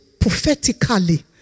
prophetically